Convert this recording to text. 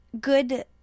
Good